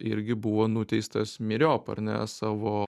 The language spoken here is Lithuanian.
irgi buvo nuteistas myriop ar ne savo